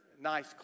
nice